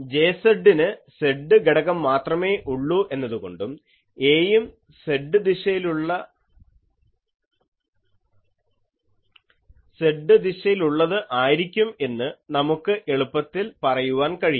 Jz ന് Z ഘടകം മാത്രമേ ഉള്ളൂ എന്നതുകൊണ്ട് A യും Z ദിശയിലുള്ളത് ആയിരിക്കും എന്ന് നമുക്ക് എളുപ്പത്തിൽ പറയുവാൻ കഴിയും